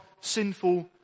sinful